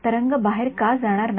तरंग बाहेर का जाणार नाही